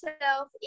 self